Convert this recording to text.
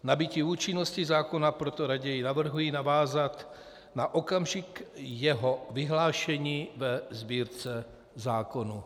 Nabytí účinnosti zákona proto raději navrhuji navázat na okamžik jeho vyhlášení ve Sbírce zákonů.